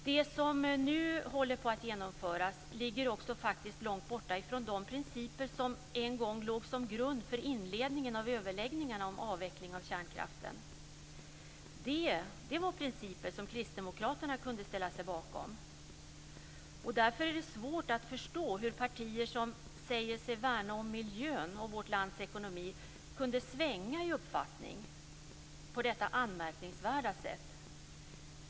Det som nu håller på att genomföras ligger också faktiskt långt borta från de principer som en gång låg som grund för inledningen av överläggningarna om avveckling av kärnkraften. Det var principer som Kristdemokraterna kunde ställa sig bakom. Därför är det svårt att förstå hur partier som säger sig värna om miljön och vårt lands ekonomi kunde svänga i uppfattning på detta anmärkningsvärda sätt.